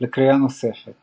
לקריאה נוספת